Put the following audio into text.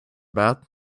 bad